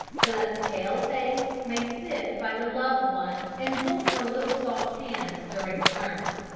so that the pale-face may sit by the loved one and hold her little soft hand during the sermon.